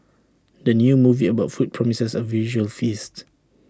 the new movie about food promises A visual feast